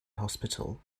hospital